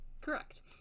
Correct